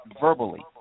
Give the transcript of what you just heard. verbally